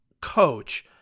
coach